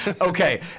Okay